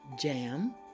jam